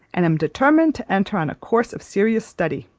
and am determined to enter on a course of serious study.